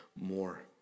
more